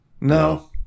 No